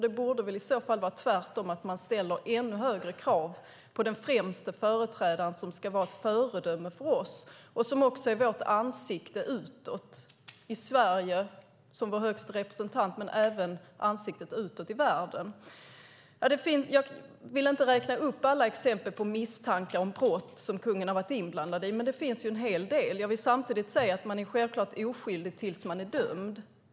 Det borde väl i så fall vara tvärtom, att man ställer ännu högre krav på den främste företrädaren, som ska vara ett föredöme för oss och som också är vårt ansikte utåt, i Sverige som vår högste representant men även i världen. Jag vill inte räkna upp alla exempel på misstankar om brott som kungen har varit inblandad i, men det finns en hel del. Jag vill samtidigt säga att man är självklart oskyldig tills man är dömd.